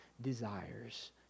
desires